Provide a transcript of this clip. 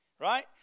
right